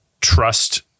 trust